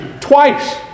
Twice